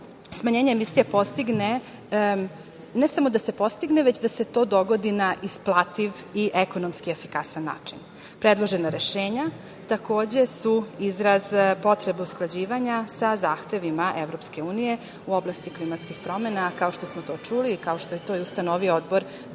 smanjenje emisije postigne, ne samo da se postigne već da se to dogodi na isplativ i ekonomski efikasan način. Predložena rešenja takođe su izraz potrebe usklađivanja sa zahtevima EU u oblasti klimatskih promena, kao što smo to čuli i kao što je to ustanovio Odbor za